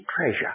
treasure